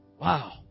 Wow